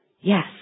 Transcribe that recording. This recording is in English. Yes